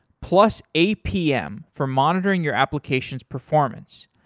plus, apm for monitoring your application's performance.